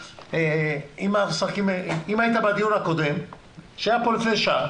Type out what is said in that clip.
אם היית בדיון הקודם שהיה פה לפני שעה